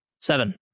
Seven